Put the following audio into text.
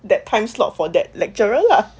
that time slot for that lecturer lah